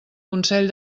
consell